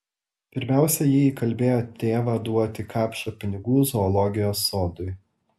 pirmiausia ji įkalbėjo tėvą duoti kapšą pinigų zoologijos sodui